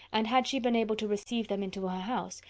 and had she been able to receive them into her house,